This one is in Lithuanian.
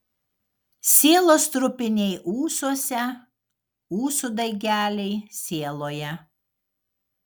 sielos trupiniai ūsuose ūsų daigeliai sieloje